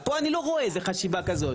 פה אני לא רואה חשיבה כזו.